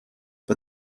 but